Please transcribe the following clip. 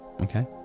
Okay